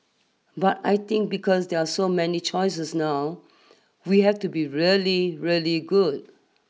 but I think because there are so many choices now we have to be really really good